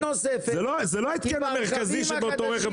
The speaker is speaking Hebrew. זה לא ההתקן המרכזי שבאותו רכב,